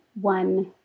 One